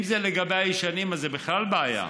אם זה לגבי הישנים, אז זה בכלל בעיה.